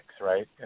right